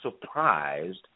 surprised